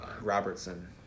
Robertson